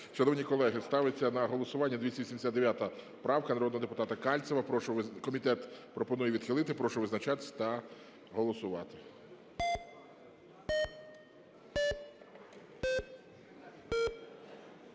Шановні колеги, ставиться на голосування 279 правка народного депутата Кальцева. Комітет пропонує відхилити. Прошу визначатися та голосувати.